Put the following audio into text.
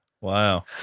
wow